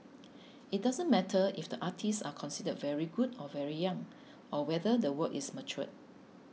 it doesn't matter if the artists are considered very good or very young or whether the work is mature